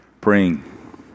praying